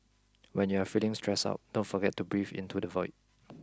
when you are feeling stressed out don't forget to breathe into the void